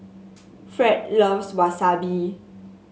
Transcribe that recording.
Fred loves Wasabi